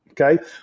Okay